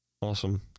Awesome